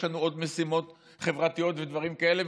יש לנו עוד משימות חברתיות ודברים כאלה,